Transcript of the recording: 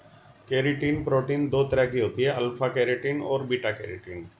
keratin protein दो तरह की होती है अल्फ़ा केरेटिन और बीटा केरेटिन